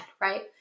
right